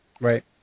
Right